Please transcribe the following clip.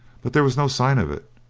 but there was no sign of it,